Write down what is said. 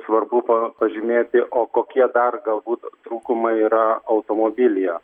svarbu pa pažymėti o kokie dar galbūt trūkumai yra automobilyje